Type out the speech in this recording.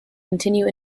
continue